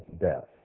death